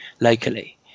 locally